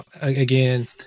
again